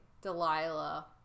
Delilah